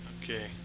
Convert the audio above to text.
Okay